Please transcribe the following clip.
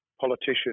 politician